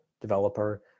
developer